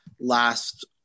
Last